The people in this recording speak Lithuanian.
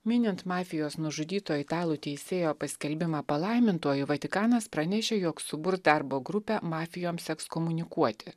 minint mafijos nužudyto italų teisėjo paskelbimą palaimintuoju vatikanas pranešė jog suburs darbo grupę mafijoms ekskomunikuoti